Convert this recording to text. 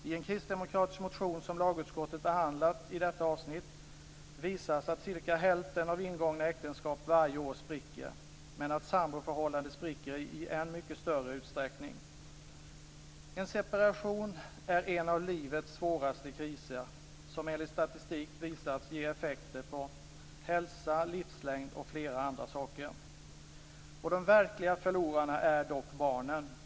I en kristdemokratisk motion som lagutskottet behandlat i detta avsnitt visas att cirka hälften av ingångna äktenskap varje år spricker, men att samboförhållanden spricker i än mycket större utsträckning. En separation är en av livets svåraste kriser, som enligt statistik visats ge effekter på hälsa, livslängd och flera andra saker. De verkliga förlorarna är dock barnen.